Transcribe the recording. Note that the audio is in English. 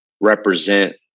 represent